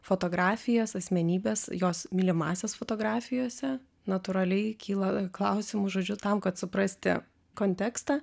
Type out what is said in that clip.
fotografijas asmenybes jos mylimąsias fotografijose natūraliai kyla klausimų žodžiu tam kad suprasti kontekstą